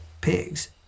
Pigs